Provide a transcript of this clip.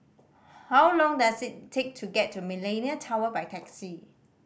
how long does it take to get to Millenia Tower by taxi